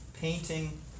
painting